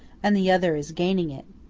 and the other is gaining it.